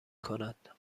کند